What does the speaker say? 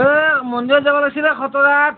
অঁ মন্দিৰত যাবা লাগছিল এই খটৰাত